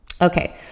okay